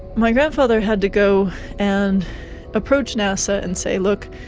my grandfather had to go and approach nasa and say, look,